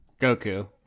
Goku